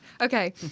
Okay